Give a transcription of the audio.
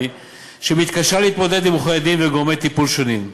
ומתקשה להתמודד עם עורכי-דין וגורמי טיפול שונים.